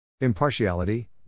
Impartiality